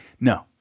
No